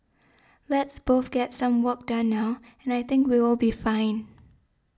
let's both get some work done now and I think we will be fine